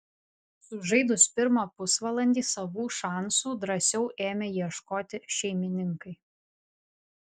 sužaidus pirmą pusvalandį savų šansų drąsiau ėmė ieškoti šeimininkai